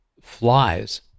flies